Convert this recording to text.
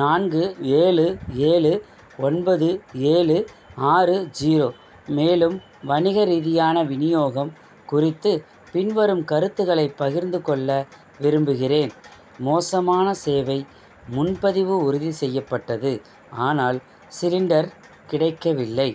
நான்கு ஏழு ஏழு ஒன்பது ஏழு ஆறு ஜீரோ மேலும் வணிக ரீதியான விநியோகம் குறித்து பின்வரும் கருத்துகளை பகிர்ந்துக் கொள்ள விரும்புகிறேன் மோசமான சேவை முன்பதிவு உறுதி செய்யப்பட்டது ஆனால் சிலிண்டர் கிடைக்கவில்லை